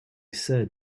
said